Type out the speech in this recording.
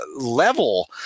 level